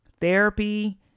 therapy